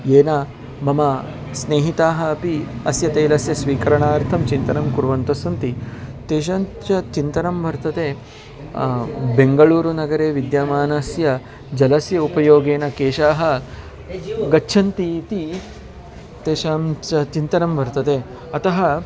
येन मम स्नेहिताः अपि अस्य तैलस्य स्वीकरणार्थं चिन्तनं कुर्वन्तस्सन्ति तेषां च चिन्तनं वर्तते बेङ्गळूरुनगरे विद्यमानस्य जलस्य उपयोगेन केशाः गच्छन्ति इति तेषां च चिन्तनं वर्तते अतः